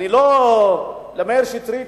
מאיר שטרית,